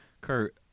Kurt